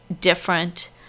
different